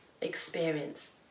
experience